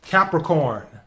Capricorn